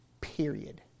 Period